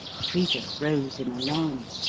frida rose in alarm.